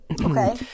Okay